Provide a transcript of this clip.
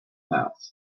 mouth